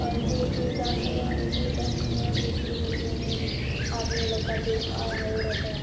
और जो चूड़ीदार सलवार है चूड़ीदार सलवार भी सिल देते हैं आदमी लोग का जो औरत हैं